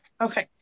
okay